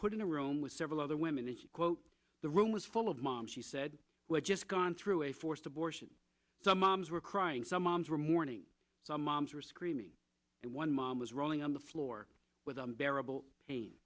put in a room with several other women and quote the room was full of mom she said just gone through a forced abortion so moms were crying some moms were mourning some moms were screaming and one mom was rolling on the floor with bearable